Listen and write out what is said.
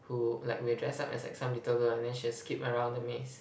who like will dress up as like some little girl and then she will skip around the maze